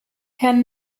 herrn